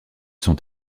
sont